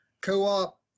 co-op